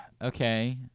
Okay